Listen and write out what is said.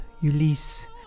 Ulysses